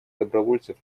добровольцев